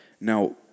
Now